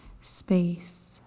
space